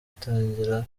itagira